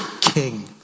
king